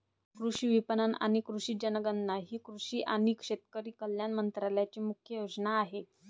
कृषी विपणन आणि कृषी जनगणना ही कृषी आणि शेतकरी कल्याण मंत्रालयाची मुख्य योजना आहे